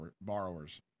borrowers